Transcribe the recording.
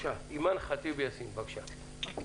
אימאן ח'טיב יאסין, בבקשה.